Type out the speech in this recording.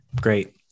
great